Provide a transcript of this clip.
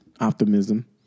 Optimism